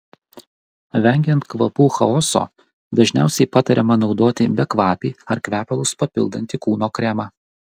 vengiant kvapų chaoso dažniausiai patariama naudoti bekvapį ar kvepalus papildantį kūno kremą